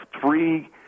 three